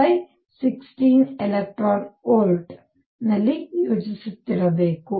6 16 eVನಲ್ಲಿ ಯೋಜಿಸುತ್ತಿರಬೇಕು